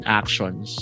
actions